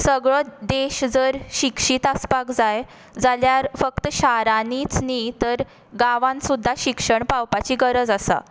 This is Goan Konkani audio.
सगळोच देश जर शिक्षीत आसपाक जाय जाल्यार फक्त शारानीच न्ही तर गांवान सुद्दां शिक्षण पावपाची गरज आसा